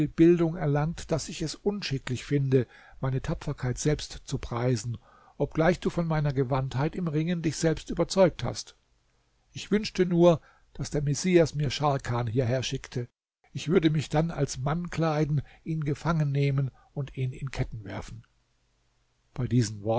bildung erlangt daß ich es unschicklich finde meine tapferkeit selbst zu preisen obgleich du von meiner gewandtheit im ringen dich selbst überzeugt hast ich wünschte nur daß der messias mir scharkan hierher schickte ich würde mich dann als mann kleiden ihn gefangennehmen und in ketten werfen bei diesen